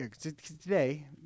today